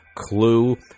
clue